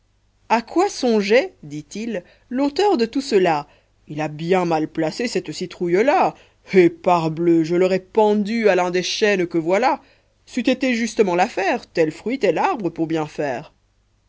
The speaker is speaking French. à quoi songeait dit-il l'auteur de tout cela il a bien mal placé cette citrouille-là eh parbleu je l'aurais pendue à l'un des chênes que voilà c'eût été justement l'affaire tel fruit tel arbre pour bien faire